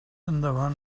endavant